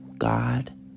God